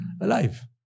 alive